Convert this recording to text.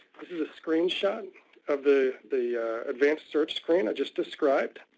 this is a screen shot of the the advanced search screen i just described.